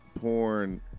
porn